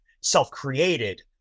self-created